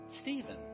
Stephen